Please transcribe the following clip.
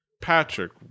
Patrick